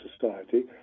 society